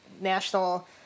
national